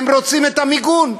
הם רוצים את המיגון.